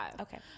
Okay